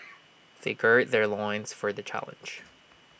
they gird their loins for the challenge